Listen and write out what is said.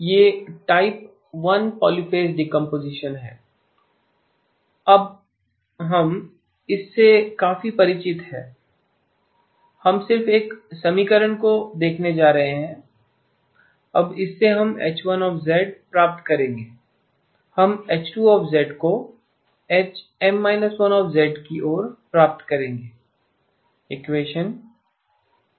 यह type 1 polyphase decomposition है हम अब इससे काफी परिचित हैं हम सिर्फ इस समीकरण को देखने जा रहे हैं अब इससे हम H1 प्राप्त करेंगे हम H2 को HM−1 की ओर प्राप्त करेंगे